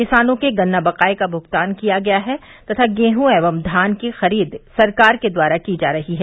किसानों के गन्ना बकाये का भुगतान किया गया है तथा गेहूं एवं धान की खरीद सरकार के द्वारा की जा रही है